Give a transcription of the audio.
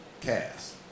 cast